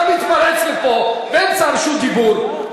אתה מתפרץ לפה באמצע רשות דיבור.